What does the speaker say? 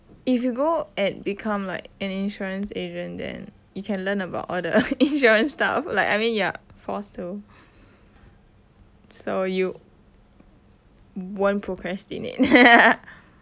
if you go and become like an insurance agent then you can learn about all the insurance stuff like I mean you are forced to so you won't procrastinate